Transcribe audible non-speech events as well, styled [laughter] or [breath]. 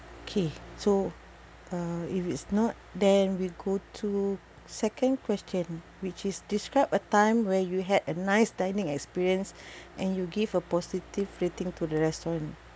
okay so uh if it's not then we go to second question which is describe a time where you had a nice dining experience [breath] and you give a positive rating to the restaurant